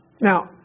Now